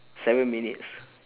seven minutes